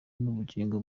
n’ubugingo